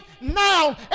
now